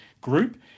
group